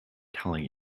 telling